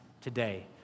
today